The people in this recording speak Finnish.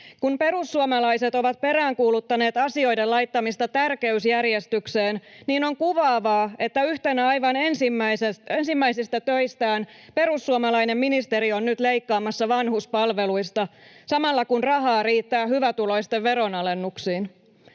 Kun perussuomalaiset ovat peräänkuuluttaneet asioiden laittamista tärkeysjärjestykseen, niin on kuvaavaa, että yhtenä aivan ensimmäisistä töistään perussuomalainen ministeri on nyt leikkaamassa vanhuspalveluista samalla, kun rahaa riittää hyvätuloisten veronalennuksiin.